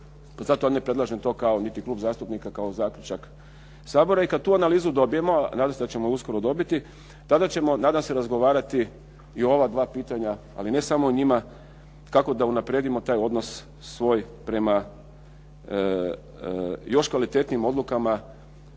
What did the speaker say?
Zato ne predlažem to kao niti klub zastupnika kao zaključak Sabora i kad tu analizu dobijemo, nadam se da ćemo je uskoro dobiti, tada ćemo nadam se razgovarati i o ova dva pitanja, ali ne samo o njima kako da unaprijedimo taj odnos svoj prema još kvalitetnijim odlukama